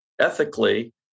Ethically